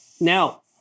Now